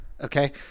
Okay